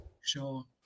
Sure